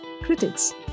critics